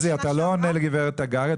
אתה לא עונה לגברת תגרי,